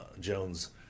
Jones